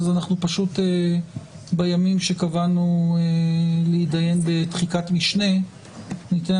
אז פשוט בימים שקבענו להתדיין בדחיקת משנה ניתן